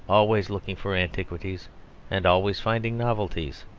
always looking for antiquities and always finding novelties.